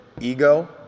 ego